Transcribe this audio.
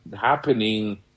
happening